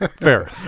Fair